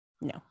No